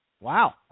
Wow